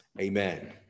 Amen